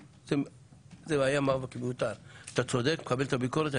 אתה צודק, אני מקבל את הביקורת.